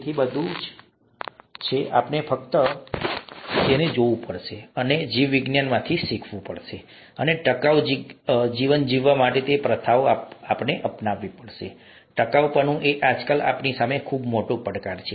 તેથી તે બધું જ છે આપણે ફક્ત તેને જોવું પડશે અને જીવવિજ્ઞાનમાંથી શીખવું પડશે અને ટકાઉ જીવન જીવવા માટે તે પ્રથાઓ અપનાવવી પડશે અને ટકાઉપણું એ આજકાલ આપણી સામે ખૂબ મોટો પડકાર છે